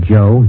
Joe